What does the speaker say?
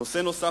נושא נוסף,